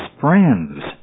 friends